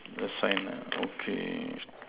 the sign ah okay